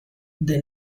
the